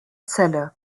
zelle